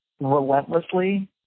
relentlessly